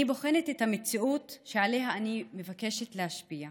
אני בוחנת את המציאות שעליה אני מבקשת להשפיע.